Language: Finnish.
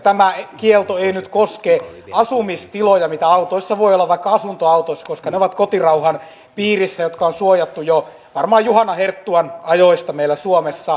tämä kielto ei nyt koske asumistiloja mitä autoissa voi olla vaikka asuntoautoissa koska ne ovat kotirauhan piirissä joka on suojattu jo varmaan juhana herttuan ajoista meillä suomessa